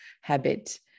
habit